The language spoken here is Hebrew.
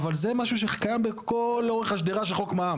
אבל זה משהו שקיים בכל אורך השדרה של חוק מע"מ.